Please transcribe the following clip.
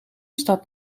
staat